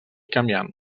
canviant